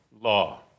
law